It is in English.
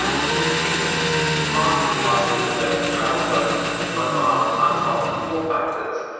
ah we've been seeing demand for devices that startle both mobile and laptop form factors,